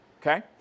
Okay